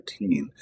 2013